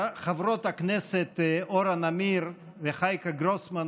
חברות הכנסת אורה נמיר וחייקה גרוסמן,